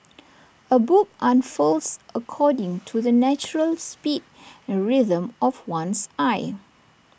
A book unfurls according to the natural speed and rhythm of one's eye